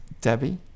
Debbie